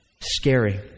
scary